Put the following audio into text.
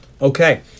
Okay